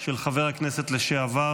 של חבר הכנסת לשעבר